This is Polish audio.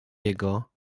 jego